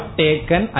taken